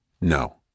No